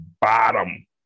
bottom